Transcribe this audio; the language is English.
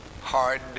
hard